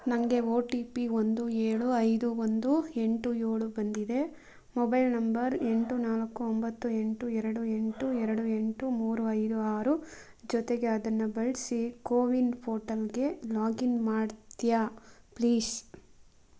ನನಗೆ O T P ಒಂದು ಏಳು ಐದು ಒಂದು ಎಂಟು ಏಳು ಬಂದಿದೆ ನಂಬರ್ ಎಂಟು ನಾಲ್ಕು ಒಂಬತ್ತು ಎಂಟು ಎರಡು ಎಂಟು ಎರಡು ಎಂಟು ಮೂರು ಐದು ಆರು ಜೊತೆಗೆ ಅದನ್ನು ಬಳಸಿ ಕೋವಿನ್ ಪೋರ್ಟಲ್ಗೆ ಲಾಗಿನ್ ಮಾಡ್ತಿಯಾ ಪ್ಲೀಸ್